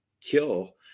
kill